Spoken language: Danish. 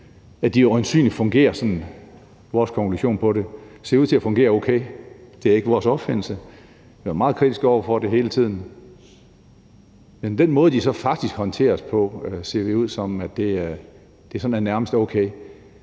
at de øjensynligt – det er vores konklusion på det – ser ud til at fungere okay. Det er ikke vores opfindelse, og vi har været meget kritiske over for dem hele tiden. Men med den måde, de så faktisk håndteres på, ser det ud, som om det sådan nærmest er okay.